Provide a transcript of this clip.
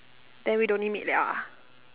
then we don't need meet liao ah